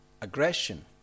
aggression